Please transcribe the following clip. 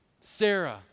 Sarah